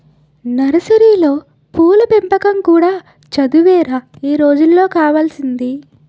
నర్సరీలో పూల పెంపకం కూడా చదువేరా ఈ రోజుల్లో కావాల్సింది